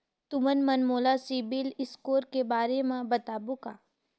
तुमन मन मोला सीबिल स्कोर के बारे म बताबो का?